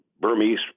Burmese